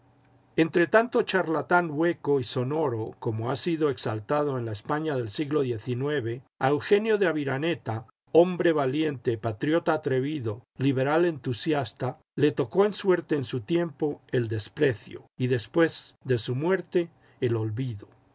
entre tanto charlatán hueco y sonoro como ha sido exaltado en la españa del siglo xix a eugenio de aviraneta hombre valiente patriota atrevido liberal entusiasta le tocó en suerte en su tiempo el desprecio y después de su muerte el olvido